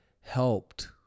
helped